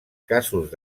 casos